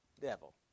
devil